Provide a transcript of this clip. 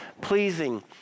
pleasing